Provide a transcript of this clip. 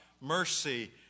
mercy